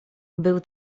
był